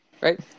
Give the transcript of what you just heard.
Right